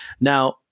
now